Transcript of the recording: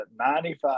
95%